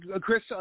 Chris